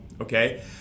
Okay